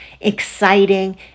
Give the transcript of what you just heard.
exciting